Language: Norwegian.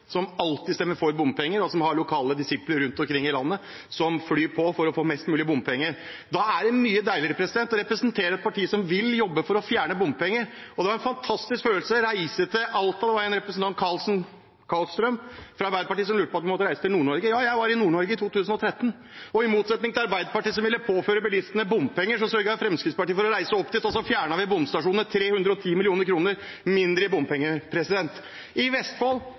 som alltid stemmer for bompenger, og som har lokale disipler rundt omkring i landet som flyr på for å få mest mulig bompenger. Da er det mye deiligere å representere et parti som vil jobbe for å fjerne bompenger. Det var en fantastisk følelse å reise til Alta. Representanten Karlstrøm fra Arbeiderpartiet ba oss reise til Nord-Norge. Jeg var i Nord-Norge i 2013, og i motsetning til Arbeiderpartiet, som ville påføre bilistene bompenger, sørget Fremskrittspartiet for å reise opp dit og fjerne bomstasjoner – 310 mill. kr mindre i bompenger. I Vestfold